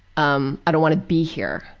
um. i don't want to be here.